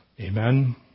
Amen